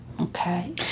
okay